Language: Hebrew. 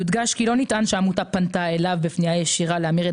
יוגש כי לא נטען שהעמותה פנתה אליו בפנייה ישירה להמיר את